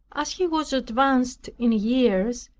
as he was advanced in years,